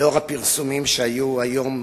לאור הפרסומים שהיו היום,